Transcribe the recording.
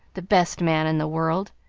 the best man in the world.